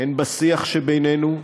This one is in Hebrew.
הן בשיח שבינינו,